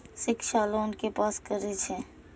शिक्षा लोन के पास करें छै?